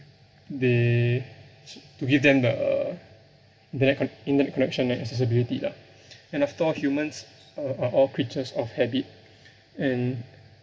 they to give them the their con~ internet connection and accessibility lah and after all humans uh are all creatures of habit and